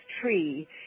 tree